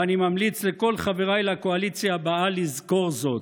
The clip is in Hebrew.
ואני ממליץ לכל חבריי לקואליציה הבאה לזכור זאת.